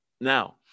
Now